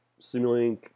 Simulink